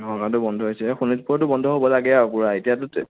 নগাঁৱততো বন্ধই হৈছে শোণিতপুৰতো বন্ধ হ'ব লাগে আৰু পুৰা এতিয়াতো